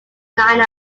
line